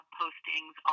postings